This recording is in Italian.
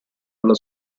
dalla